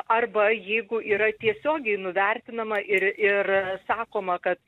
arba jeigu yra tiesiogiai nuvertinama ir ir sakoma kad